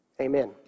Amen